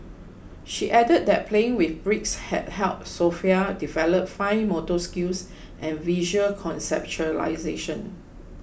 she added that playing with bricks had helped Sofia develop fine motor skills and visual conceptualisation